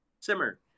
simmer